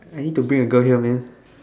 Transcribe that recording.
I need to bring a girl here man